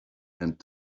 and